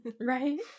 Right